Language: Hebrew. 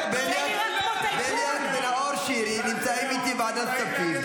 זה נראה כמו טייקון?